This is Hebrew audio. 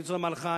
אני רוצה לומר לך,